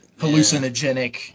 hallucinogenic